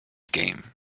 game